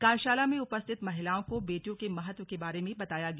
कार्यशाला में उपस्थित महिलाओं को बेटियों के महत्व के बारे में बताया गया